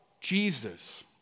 Jesus